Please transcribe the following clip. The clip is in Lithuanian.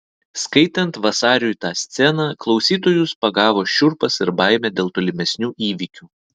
skaitant vasariui tą sceną klausytojus pagavo šiurpas ir baimė dėl tolimesnių įvykių